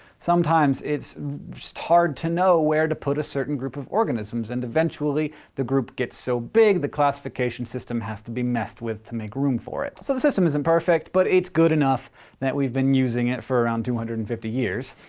sometimes it's just hard to know where to put a certain group of organisms, and eventually the group gets so big, the classification system has to be messed with to make room for it. so, the system isn't perfect, but it's good enough that we've been using it for around two hundred and fifty years.